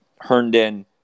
Herndon